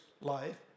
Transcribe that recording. life